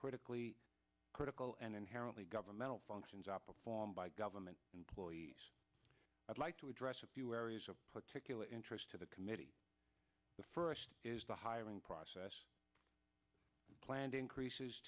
critically critical and inherently governmental functions operate by government employees i'd like to address a few areas of particular interest to the committee the first is the hiring process planned increases